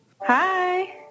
Hi